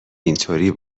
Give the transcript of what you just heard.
اینطوری